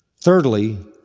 thirdly,